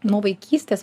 nuo vaikystės